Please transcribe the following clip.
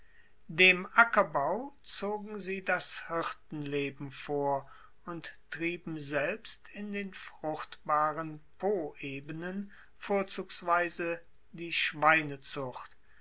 dem ackerbau zogen sie das hirtenleben vor und trieben selbst in den fruchtbaren poebenen vorzugsweise die schweinezucht